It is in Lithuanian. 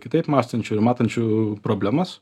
kitaip mąstančių ir matančių problemas